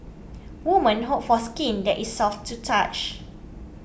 woman hope for skin that is soft to touch